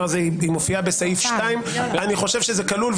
מופיעה בסעיף 2 אני חושב שזה כלול,